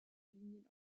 linien